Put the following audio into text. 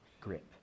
grip